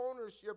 ownership